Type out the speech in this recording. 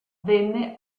venne